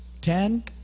Ten